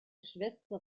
schwester